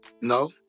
No